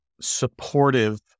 supportive